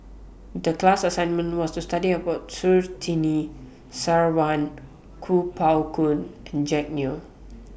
The class assignment was to study about Surtini Sarwan Kuo Pao Kun and Jack Neo